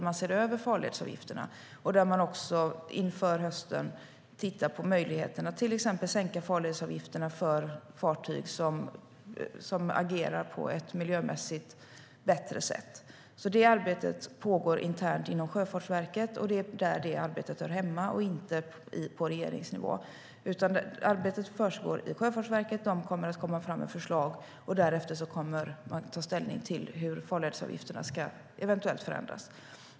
Man ser över farledsavgifterna, och inför hösten tittar man också på möjligheten att till exempel sänka farledsavgifterna för fartyg som agerar på ett miljömässigt bättre sätt. Det är på Sjöfartsverket som det arbetet hör hemma och inte på regeringsnivå. Arbetet försiggår på Sjöfartsverket, och de kommer att komma med förslag. Därefter kommer man att ta ställning till hur farledsavgifterna eventuellt ska förändras.